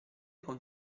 con